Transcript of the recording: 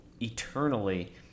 eternally